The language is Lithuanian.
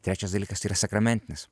trečias dalykas tai yra sakramentinis